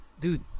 Dude